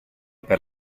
per